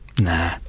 Nah